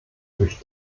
durch